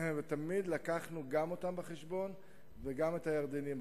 תמיד הבאנו גם אותם בחשבון וגם את הירדנים.